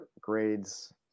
grades